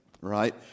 Right